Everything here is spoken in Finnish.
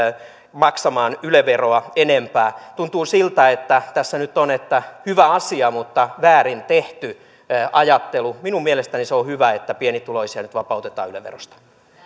maksamaan yle veroa enempää tuntuu siltä että tässä nyt on hyvä asia mutta väärin tehty ajattelu minun mielestäni se on hyvä että pienituloiset vapautetaan yle verosta